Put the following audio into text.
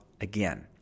again